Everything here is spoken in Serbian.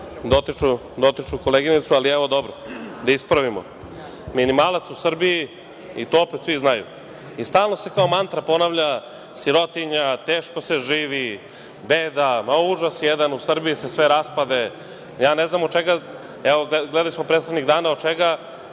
dotičnu koleginicu, ali evo, dobro, da ispravimo. Minimalac u Srbiji, i to opet svi znaju, i stalno se kao mantra ponavlja – sirotinja, teško se živi, beda, ma užas jedan, u Srbiji se sve raspade. Evo, gledali smo prethodnih dana, od čega